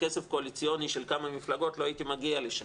כסף קואליציוני של כמה מפלגות לא הייתי מגיע לשם,